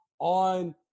on